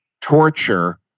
torture